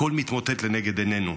הכול מתמוטט לנגד עינינו.